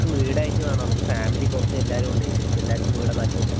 നമുക്ക് വീടായിട്ട് വേണം നമുക്ക് ഫാമിലി കുറച്ച് എല്ലാരും ഉണ്ട് ഇവർക്ക് എല്ലാവർക്കും വീടാണ് താല്പര്യം